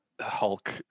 Hulk